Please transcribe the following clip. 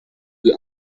die